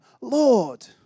Lord